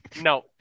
no